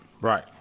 Right